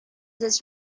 this